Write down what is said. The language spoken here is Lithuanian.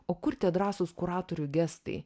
o kur tie drąsūs kuratorių gestai